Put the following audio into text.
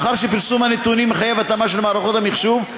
מאחר שפרסום הנתונים מחייב התאמה של מערכות המחשוב,